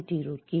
D Roorkee